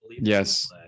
yes